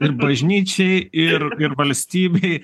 ir bažnyčiai ir ir valstybei